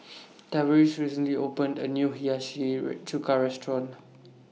Tavaris recently opened A New Hiyashi Chuka Restaurant